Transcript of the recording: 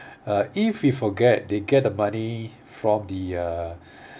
uh if you forget they get the money from the uh